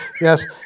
Yes